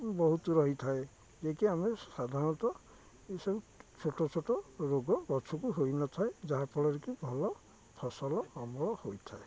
ବହୁତ ରହିଥାଏ ଯାହାକି ଆମେ ସାଧାରଣତଃ ଏସବୁ ଛୋଟ ଛୋଟ ରୋଗ ଗଛକୁ ହୋଇନଥାଏ ଯାହାଫଳରେକିି ଭଲ ଫସଲ ଅମଳ ହୋଇଥାଏ